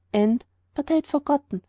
and but i had forgotten!